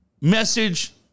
message